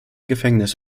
gefängnis